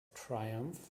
triumph